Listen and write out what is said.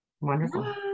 Wonderful